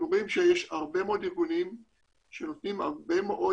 יש הרבה מאוד ארגונים שנותנים הרבה מאוד